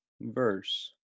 verse